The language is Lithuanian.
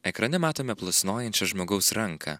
ekrane matome plasnojančią žmogaus ranką